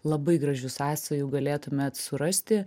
labai gražių sąsajų galėtumėt surasti